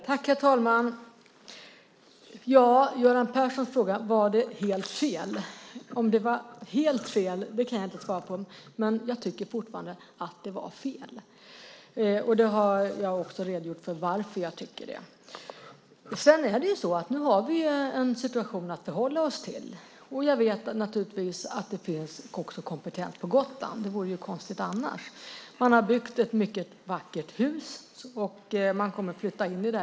Herr talman! Göran Persson frågar: Var det helt fel? Om det var helt fel kan jag inte svara på. Men jag tycker fortfarande att det var fel. Jag har också redogjort för varför jag tycker det. Nu har vi en situation att förhålla oss till. Jag vet naturligtvis att det finns kompetens också på Gotland. Det vore ju konstigt annars. Man har byggt ett mycket vackert hus som man kommer att flytta in i under hösten.